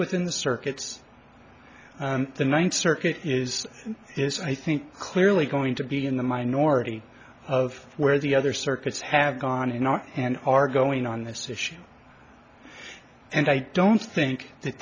within the circuits the ninth circuit is is i think clearly going to be in the minority of where the other circuits have gone in are and are going on this issue and i don't think that